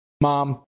Mom